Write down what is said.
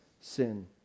sin